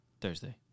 Thursday